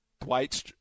Dwight